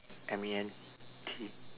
M E N T